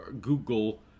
Google